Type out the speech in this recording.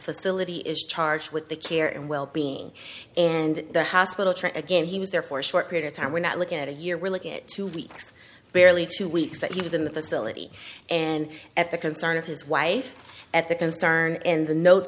facility is charged with the care and well being and the hospital trying again he was there for a short period of time we're not looking at a year we're looking at two weeks barely two weeks that he was in the facility and at the concern of his wife at the concern in the notes